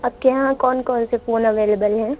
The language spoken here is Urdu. آپ کے یہاں کون کون سے فون اویلیبل ہیں